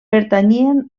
pertanyien